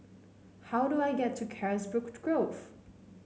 how do I get to Carisbrooke Grove